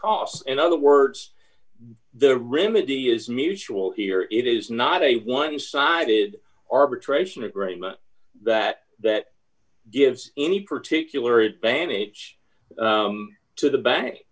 costs and other words the rim a d is mutual here it is not a one sided d arbitration agreement that that gives any particular advantage to the bank